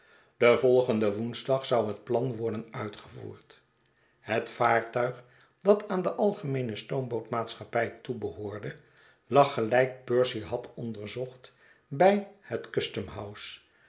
den volgenden woensdag zou het plan worden uitgevoerd het vaartuig dat aan de algemeene stoomboot maatschappij toebehoorde lag gelijk percy had onderzocht bij het